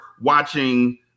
watching